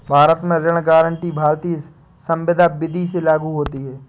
भारत में ऋण गारंटी भारतीय संविदा विदी से लागू होती है